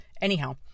Anyhow